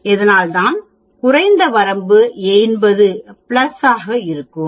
அதனால்தான் குறைந்த வரம்பு 80 ஆக இருக்கும்